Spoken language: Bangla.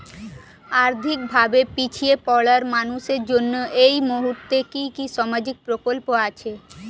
আর্থিক ভাবে পিছিয়ে পড়া মানুষের জন্য এই মুহূর্তে কি কি সামাজিক প্রকল্প আছে?